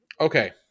okay